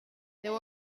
there